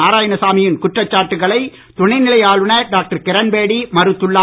நாராயணசாமியின் குற்றச்சாட்டுக்களை துணைநிலை ஆளுநர் டாக்டர் கிரண்பேடி மறுத்துள்ளார்